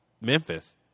Memphis